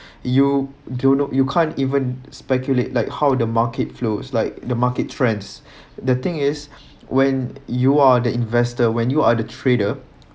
you don’t know you can't even speculate like how the market flows like the market trends the thing is when you are the investor when you are the trader